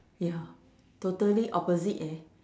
ya totally opposite eh